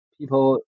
people